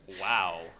Wow